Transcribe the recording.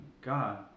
God